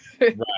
Right